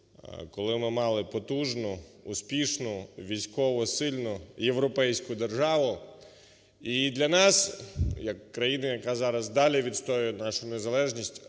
коли ми мали потужну, успішну, військово сильну, європейську державу. І для нас, як країни, яка зараз далі відстоює нашу незалежність,